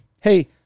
hey